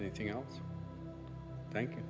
anything else thank you